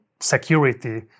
security